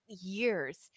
years